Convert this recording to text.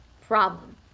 problem